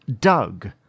Doug